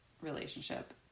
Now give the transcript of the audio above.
relationship